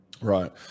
Right